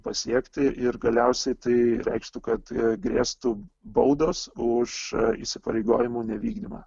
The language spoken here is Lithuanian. pasiekti ir galiausiai tai reikštų kad grėstų baudos už įsipareigojimų nevykdymą